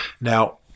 Now